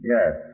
Yes